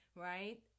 right